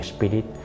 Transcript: Spirit